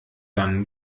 dann